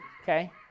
Okay